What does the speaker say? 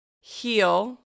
heal